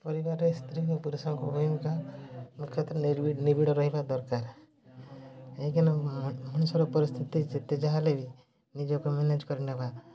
ପରିବାରରେ ସ୍ତ୍ରୀ ଓ ପୁରୁଷଙ୍କ ଭୂମିକା ମୁଖ୍ୟତଃ ନିବିଡ଼ ରହିବା ଦରକାର କାହିଁକିନା ମଣିଷର ପରିସ୍ଥିତି ଯେତେ ଯାହାହେଲେ ବି ନିଜକୁ ମ୍ୟାନେଜ୍ କରିନେବା